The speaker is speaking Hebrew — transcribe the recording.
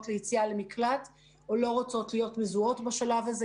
ליציאה למקלט או לא רוצות להיות מזוהות בשלב הזה.